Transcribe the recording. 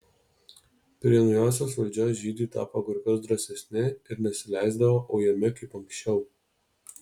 prie naujosios valdžios žydai tapo kur kas drąsesni ir nesileisdavo ujami kaip anksčiau